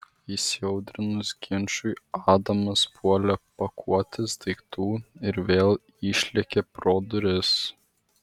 įsiaudrinus ginčui adamas puolė pakuotis daiktų ir vėl išlėkė pro duris